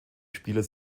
spieler